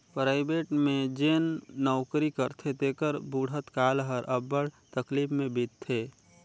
private में जेन नउकरी करथे तेकर बुढ़त काल हर अब्बड़ तकलीफ में बीतथे